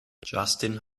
justin